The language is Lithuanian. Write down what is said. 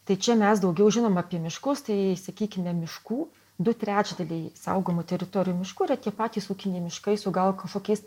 tai čia mes daugiau žinom apie miškus tai sakykime miškų du trečdaliai saugomų teritorijų miškų yra tie patys ūkiniai miškai su gal kažkokiais